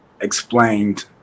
explained